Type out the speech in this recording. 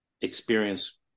experience